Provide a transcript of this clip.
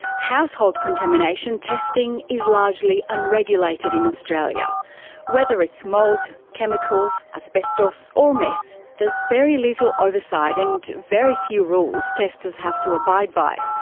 household contamination testing is largely unregulated in australia whether it's mould, chemicals, asbestos, or meth there is very little oversight and very few rules testers have to abide by.